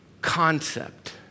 concept